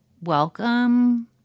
welcome